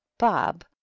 bob